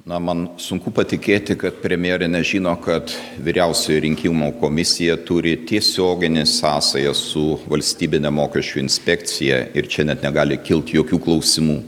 na man sunku patikėti kad premjerė nežino kad vyriausioji rinkimų komisija turi tiesioginę sąsają su valstybine mokesčių inspekcija ir čia net negali kilt jokių klausimų